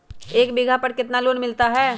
एक बीघा पर कितना लोन मिलता है?